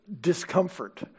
discomfort